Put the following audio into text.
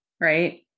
right